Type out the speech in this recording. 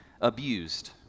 abused